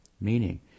meaning